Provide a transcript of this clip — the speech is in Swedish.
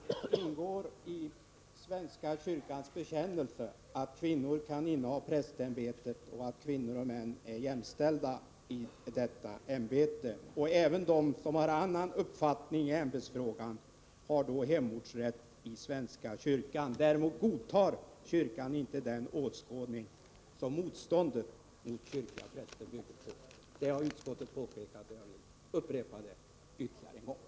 Herr talman! Det ingår i svenska kyrkans bekännelse att kvinnor kan inneha prästämbetet och att kvinnor och män är jämställda i detta ämbete. Även de som har en annan uppfattning i ämbetsfrågan har hemortsrätt i svenska kyrkan. Däremot godtar svenska kyrkan inte den åskådning som motståndet mot kvinnliga präster bygger på. Detta har utskottet påpekat, och jag vill upprepa det ytterligare en gång.